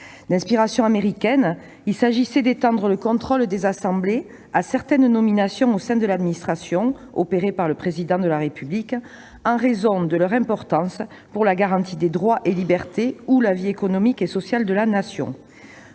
D'inspiration américaine, cette disposition visait à étendre le contrôle des assemblées à certaines nominations au sein de l'administration qui sont effectuées par le Président de la République « en raison de leur importance pour la garantie des droits et libertés ou la vie économique et sociale de la Nation